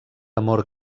amor